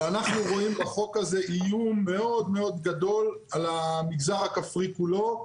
אבל אנחנו רואים בחוק הזה איום מאוד מאוד גדול על המגזר הכפרי כולו,